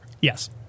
Yes